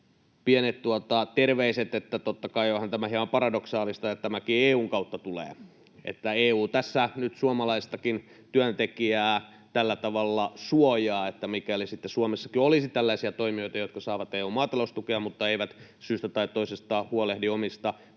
pienet terveiset, että onhan tämä totta kai hieman paradoksaalista, että tämäkin EU:n kautta tulee. EU tässä nyt suomalaistakin työntekijää tällä tavalla suojaa, että mikäli sitten Suomessakin olisi tällaisia toimijoita, jotka saavat EU:n maataloustukea mutta eivät syystä tai toisesta huolehdi omista